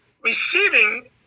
receiving